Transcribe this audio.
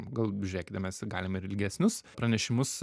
gal žiūrėkite mes galime ir ilgesnius pranešimus